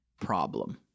problem